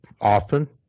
often